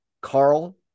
Carl